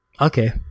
Okay